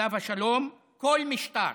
עליו השלום, כל משטר